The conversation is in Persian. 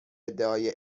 ادعای